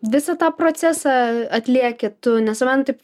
visą tą procesą atlieki tu nes man taip